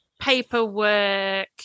paperwork